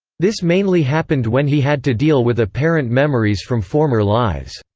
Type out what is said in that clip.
this mainly happened when he had to deal with apparent memories from former lives.